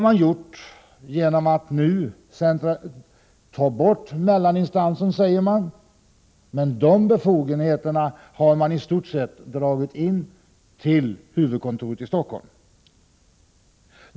Man säger att man har tagit bort mellaninstansen, men befogenheterna på den nivån har man i stort sett centraliserat till huvudkontoret i Stockholm.